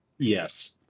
Yes